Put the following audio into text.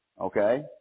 Okay